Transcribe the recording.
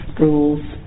rules